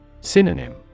Synonym